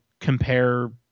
compare